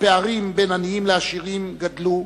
הפערים בין עניים לעשירים גדלו,